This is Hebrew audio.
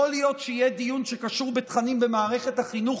יכול להיות שיהיה דיון שקשור בתכנים במערכת החינוך